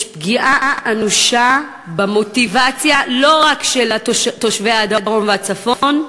יש פגיעה אנושה במוטיבציה לא רק של תושבי הדרום והצפון,